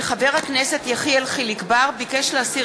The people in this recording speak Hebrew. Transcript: כי חבר הכנסת יחיאל חיליק בר ביקש להסיר